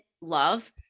love